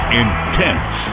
intense